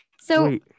So-